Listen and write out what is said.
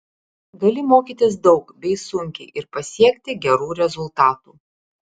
gali mokytis daug bei sunkiai ir pasiekti gerų rezultatų